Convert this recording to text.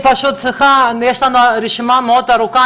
יש לנו רשימה מאוד ארוכה,